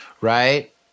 right